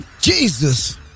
Jesus